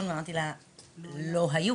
בתדהמה על הטלפון ואמרתי לה שלא היו.